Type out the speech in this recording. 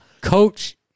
Coach